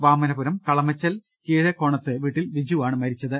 വാമനപുരം കളമച്ചൽ കീഴേക്കോണത്ത് വീട്ടിൽ വിജുവാണ് മരിച്ചത്